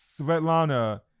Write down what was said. Svetlana